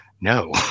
no